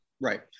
Right